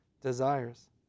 Desires